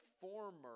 former